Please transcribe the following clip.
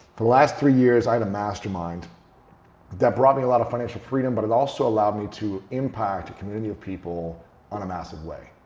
the last three years i had a mastermind that brought me a lot of financial freedom but it also allowed me to impact a community of people on a massive way.